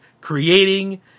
creating